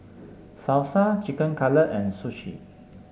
Salsa Chicken Cutlet and Sushi